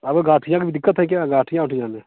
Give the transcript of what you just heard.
आपका गाठिया का भी दिक्कत है क्या गठिया ओठिया में